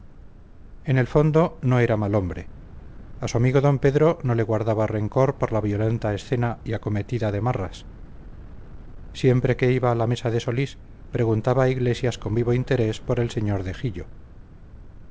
en el fondo no era mal hombre a su amigo d pedro no le guardaba rencor por la violenta escena y acometida de marras siempre que iba a la mesa de solís preguntaba a iglesias con vivo interés por el señor